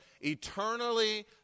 eternally